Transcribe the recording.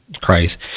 Christ